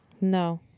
No